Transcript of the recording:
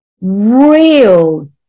real